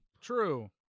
True